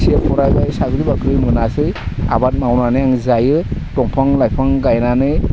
एसे फरायबाय साख्रि बाख्रि मोनासै आबाद मावनानै आं जायो दंफां लाइफां गायनानै